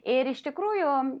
ir iš tikrųjų